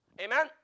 Amen